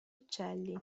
uccelli